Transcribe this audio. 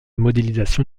modélisation